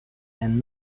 and